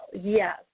Yes